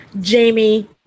Jamie